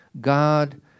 God